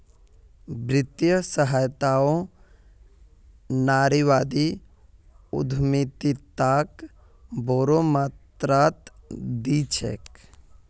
वित्तीय सहायताओ नारीवादी उद्यमिताक बोरो मात्रात दी छेक